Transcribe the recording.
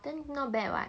then not bad what